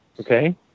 Okay